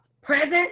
present